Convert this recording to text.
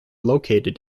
located